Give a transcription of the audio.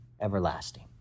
everlasting